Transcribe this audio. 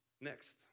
Next